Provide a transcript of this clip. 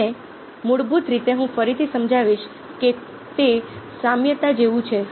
અને મૂળભૂત રીતે હું ફરીથી સમજાવીશ કે તે સામ્યતા જેવું છે